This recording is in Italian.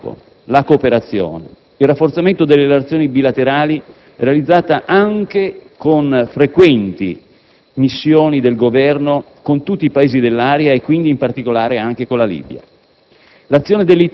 Da qui il dialogo, la cooperazione e il rafforzamento delle relazioni bilaterali, realizzate anche con frequenti missioni del Governo, con tutti i Paesi dell'area e quindi in particolare anche con la Libia.